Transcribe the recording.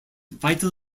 vital